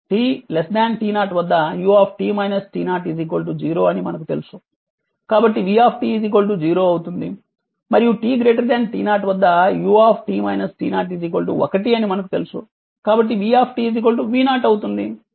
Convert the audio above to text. t t0 వద్ద u 0 అని మనకు తెలుసు కాబట్టి v 0 అవుతుంది మరియు t t0 వద్ద u 1 అని మనకు తెలుసు కాబట్టి v v0 అవుతుంది